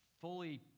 fully